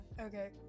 okay